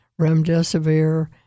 remdesivir